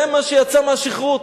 זה מה שיצא מהשכרות,